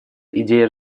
идея